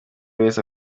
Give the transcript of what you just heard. wese